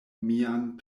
mian